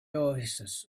oasis